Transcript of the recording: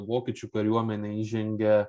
vokiečių kariuomenė įžengia